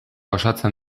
osatzen